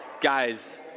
guys